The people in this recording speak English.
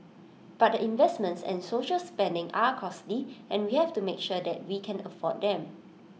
but the investments and social spending are costly and we have to make sure that we can afford them